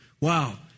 Wow